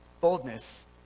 Boldness